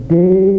day